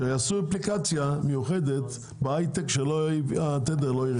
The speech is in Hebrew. שיעשו אפליקציה מיוחדת, בהייטק, שהתדר לא ירד.